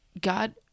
God